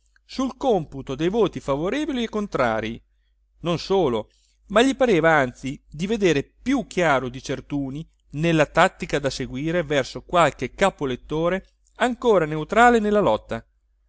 sul computo dei voti favorevoli e contrarii non solo ma gli pareva anzi di veder più chiaro di certuni nella tattica da seguire verso qualche capoelettore ancora neutrale nella lotta